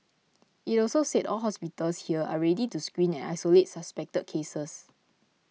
it also said all hospitals here are ready to screen and isolate suspected cases